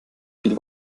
viel